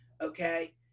okay